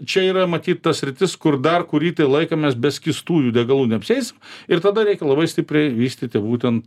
čia yra matyt ta sritis kur dar kurį tai laiką mes be skystųjų degalų neapseisim ir tada reikia labai stipriai vystyti būtent